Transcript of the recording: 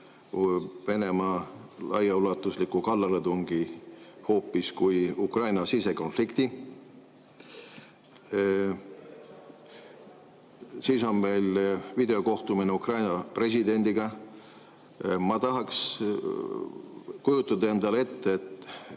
Venemaa laiaulatusliku kallaletungi hoopis kui Ukraina sisekonflikti. Siis on meil videokohtumine Ukraina presidendiga. Ma tahan ette kujutada, kuidas me talle